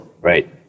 Right